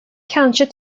kanske